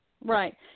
Right